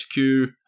HQ